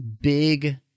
Big